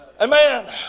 Amen